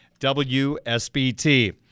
WSBT